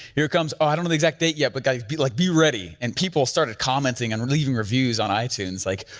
here comes, oh i don't know the exact date yet, but guys be like, be ready and people started commenting and leaving reviews on itunes like,